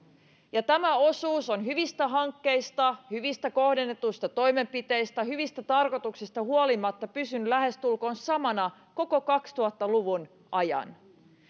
ja tämä osuus on hyvistä hankkeista hyvistä kohdennetuista toimenpiteistä hyvistä tarkoituksista huolimatta pysynyt lähestulkoon samana koko kaksituhatta luvun ajan